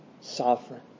sovereign